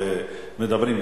ומדברים,